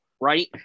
right